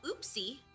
Oopsie